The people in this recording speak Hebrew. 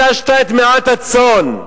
על מי נטשת את מעט הצאן?